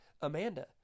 Amanda